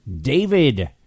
david